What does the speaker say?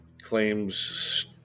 claims